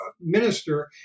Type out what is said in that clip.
minister